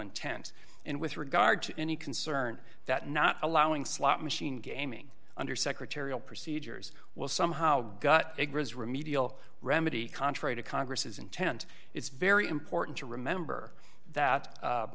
intent and with regard to any concern that not allowing slot machine gaming under secretarial procedures will somehow got a grizz remedial remedy contrary to congress intent it's very important to remember that